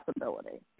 possibility